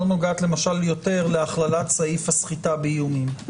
לא נוגעת למשל יותר להכללת סעיף הסחיטה באיומים.